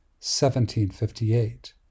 1758